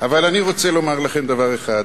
אבל אני רוצה לומר לכם דבר אחד.